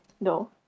No